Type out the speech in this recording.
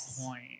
point